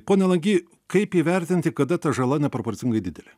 pone langy kaip įvertinti kada ta žala neproporcingai didelė